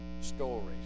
stories